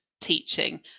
teaching